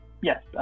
Yes